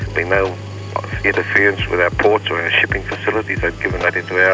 be no interference with our ports or our shipping facilities, they've yeah